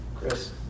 Chris